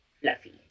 fluffy